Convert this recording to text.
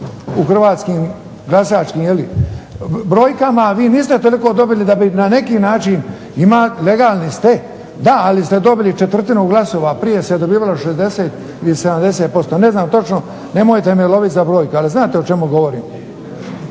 u hrvatskim glasačkim brojkama, a vi niste toliko dobili da bi na neki način, legalni ste. Da, ali ste dobili četvrtinu glasova. Prije se dobivalo 60 ili 70%. Ne znam točno, nemojte me lovit za brojku ali znate o čemu govorim.